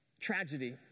tragedy